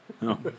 No